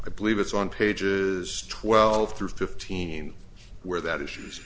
i believe it's on pages twelve through fifteen where that issues